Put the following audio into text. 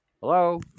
Hello